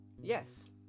Yes